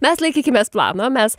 mes laikykimės plano mes